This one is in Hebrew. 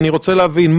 אני רוצה להבין.